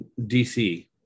dc